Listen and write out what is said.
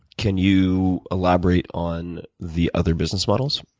can you elaborate on the other business models?